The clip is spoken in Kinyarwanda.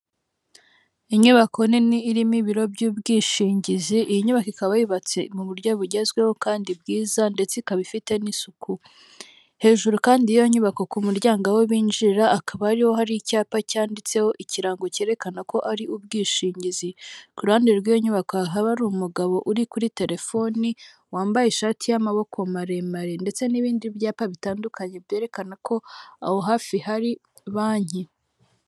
Inyubako nini irimo ibiro by'ubwishingizi, iyi nyubako ikaba yubatse mu buryo bugezweho kandi bwiza ndetse ikaba ifite n'isuku, hejuru kandi y'iyo nyubako ku muryango w'abinjira akaba ariho hari icyapa cyanditseho ikirango cyerekana ko ari ubwishingizi, ku ruhande rw'inyubako hakaba hari umugabo uri kuri telefoni wambaye ishati y'amaboko maremare ndetse n'ibindi byapa bitandukanye byerekana ko aho hafi hari banki.